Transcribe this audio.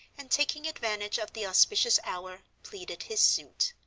and, taking advantage of the auspicious hour, pleaded his suit.